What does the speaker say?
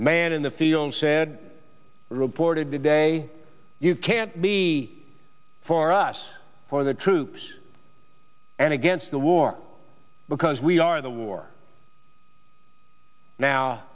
man in the film said reported today you can't be for us for the troops and against the war because we are in the war now